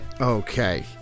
okay